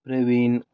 Praveen